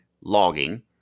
logging